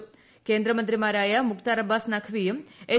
ക്ര്യേന്ദ്രമന്ത്രിമാരായ മുക്താർ അബ്ബാസ് നഖ്വിയും എസ്